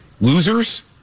Losers